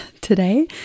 today